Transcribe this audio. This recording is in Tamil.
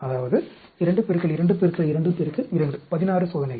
அதாவது 2222 16 சோதனைகள்